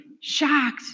shocked